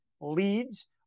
leads